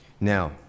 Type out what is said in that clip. Now